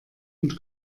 und